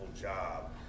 job